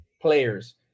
players